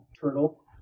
turtle